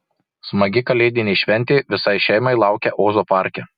smagi kalėdinė šventė visai šeimai laukia ozo parke